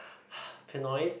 pinoys